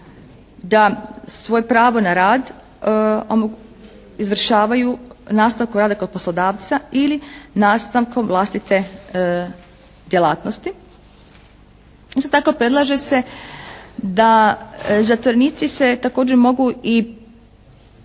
da svoje pravo na rad izvršavaju u nastavku rada kod poslodavca ili nastavkom vlastite djelatnosti. Isto tako predlaže se da zatvorenici se također mogu i